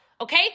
Okay